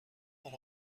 but